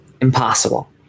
impossible